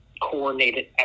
coordinated